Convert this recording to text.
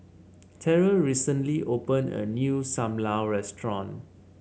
Terrill recently opened a new Sam Lau Restaurant